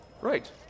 Right